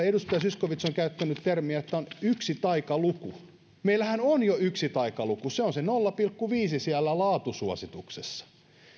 edustaja zyskowicz on käyttänyt termiä että on yksi taikaluku meillähän on jo yksi taikaluku se on se nolla pilkku viidellä siellä laatusuosituksessa